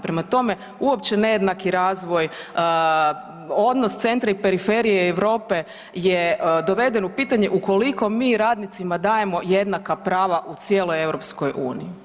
Prema tome, uopće nejednaki razvoj odnos centra i periferije Europe je doveden u pitanje ukoliko mi radnicima dajemo jednaka prava u cijeloj EU.